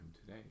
today